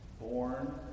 born